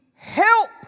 Help